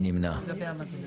אני לא יודעת.